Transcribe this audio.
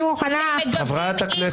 חברת הכנסת,